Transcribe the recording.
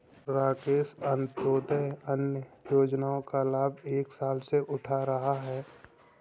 राकेश अंत्योदय अन्न योजना का लाभ एक साल से उठा रहा है